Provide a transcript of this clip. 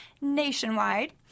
nationwide